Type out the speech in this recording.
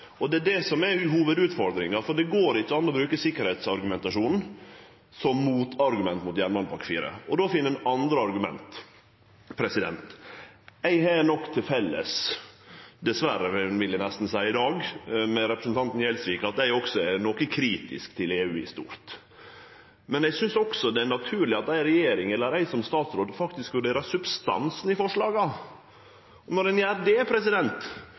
Det er det som er hovudutfordringa, for det går ikkje an å bruke sikkerheit som argument mot jernbanepakke IV. Då finn ein andre argument. Eg har noko til felles – dessverre, vil eg nesten seie i dag – med representanten Gjelsvik, at eg også er noko kritisk til EU i stort. Men eg synest også det er naturleg at ei regjering, eller eg som statsråd, faktisk vurderer substansen i forslaga. Når ein gjer det,